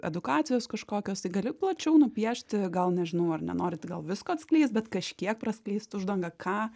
edukacijos kažkokios tai gali plačiau nupiešti gal nežinau ar nenorit gal visko atskleist bet kažkiek praskleist uždangą ką